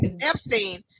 Epstein